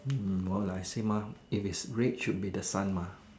mm more like same mah if it's red should be the sun mah